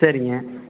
சரிங்க